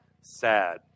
sad